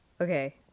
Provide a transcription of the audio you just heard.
Okay